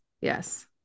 Yes